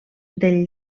del